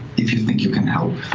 if you think you can help,